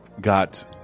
got